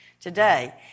today